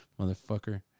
Motherfucker